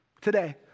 today